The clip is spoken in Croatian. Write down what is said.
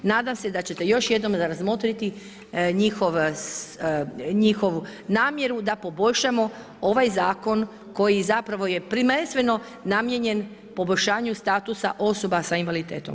Nadam se da ćete još jednom razmotriti njihovu namjeru da poboljšamo ovaj zakon, koji zapravo je prvenstveno namijenjen poboljšanju statusa osoba s invaliditetom.